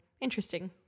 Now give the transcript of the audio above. interesting